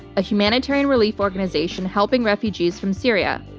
a humanitarian relief organization helping refugees from syria.